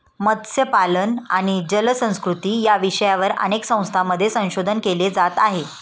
मत्स्यपालन आणि जलसंस्कृती या विषयावर अनेक संस्थांमध्ये संशोधन केले जात आहे